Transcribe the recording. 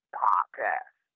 podcast